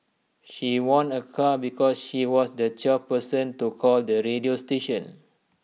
she won A car because she was the twelfth person to call the radio station